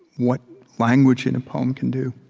what language in a poem can do